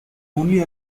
only